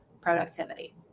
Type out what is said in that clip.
productivity